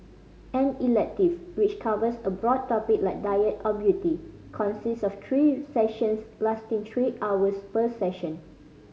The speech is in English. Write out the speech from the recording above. an elective which covers a broad topic like diet or beauty consists of three sessions lasting three hours per session